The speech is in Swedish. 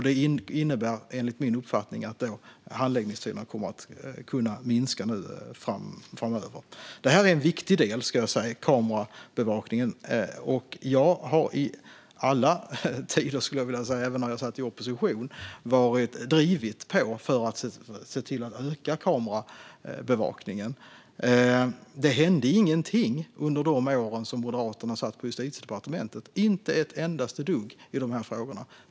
Det innebär enligt min uppfattning att handläggningstiderna kommer att kunna minska framöver. Kamerabevakningen är en viktig del. Jag har i alla tider, även när jag satt i opposition, drivit på för att öka kamerabevakningen. Det hände ingenting i dessa frågor under de år då Moderaterna satt i Justitiedepartementet - inte ett endaste dugg.